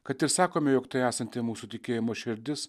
kad ir sakome jog tai esanti mūsų tikėjimo šerdis